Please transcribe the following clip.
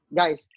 guys